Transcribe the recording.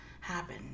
happen